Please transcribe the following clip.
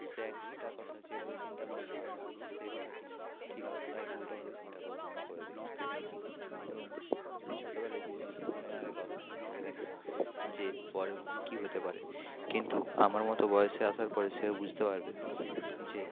সে একটা কথা যেভাবে চিন্তা করে আমি সেই কথাটি ঠিক তার উলটোভাবে চিন্তা করে ভাবনা করে দেখি এবং সে ছোটোবেলায় কিছু সিদ্ধান্ত নেওয়ার আগে অত কিছু ভেবে দেখে না যে পরে কী হতে পারে কিন্তু আমার মতো বয়সে আসার পরে সেও বুঝতে পারবে যে